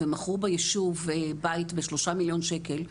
ומכרו בישוב בית בשלושה מיליון שקלים,